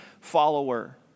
follower